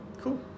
Cool